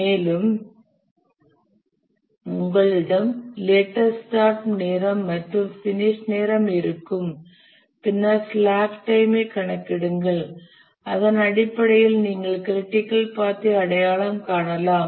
மேலும் உங்களிடம் latest start நேரம் மற்றும் பினிஷ் நேரம் இருக்கும் பின்னர் ஸ்லாக் டைம் ஐ கணக்கிடுங்கள் அதன் அடிப்படையில் நீங்கள் க்ரிட்டிக்கல் பாத் ஐ அடையாளம் காணலாம்